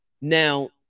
Now